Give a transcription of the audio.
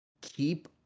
Keep